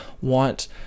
want